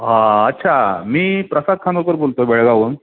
आ अच्छा मी प्रसाद खानोकर बोलतो आहे बेळगावहून